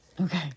Okay